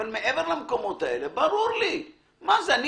בכל המקומות האחרים זה צריך להיות עניין שבשגרה.